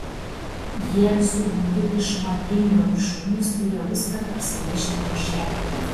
jie su vytu iš makinlio viršūnės turėjo viską parsinešti maišelyje